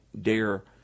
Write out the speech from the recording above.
dare